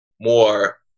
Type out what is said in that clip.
more